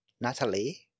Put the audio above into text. Natalie